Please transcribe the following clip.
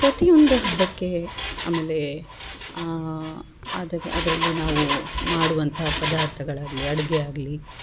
ಪ್ರತಿಯೊಂದು ಹಬ್ಬಕ್ಕೆ ಆಮೇಲೆ ಅದಕ್ಕೆ ಅದರಲ್ಲಿ ನಾವು ಮಾಡುವಂತಹ ಪದಾರ್ಥಗಳಾಗ್ಲಿ ಅಡುಗೆಯಾಗ್ಲಿ